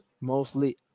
mostly